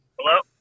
Hello